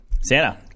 santa